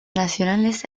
nacionales